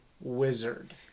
wizard